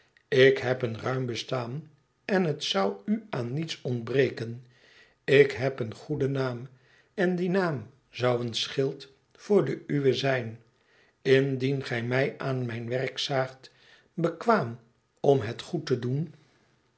ik heb een ruim bestaan en het zou u aan niets ontbreken ik heb een goeden naam en die naam zou een schild voor den uwen zijn indien gij mij aan mijn werk zaagt bekwaam om het goed te doen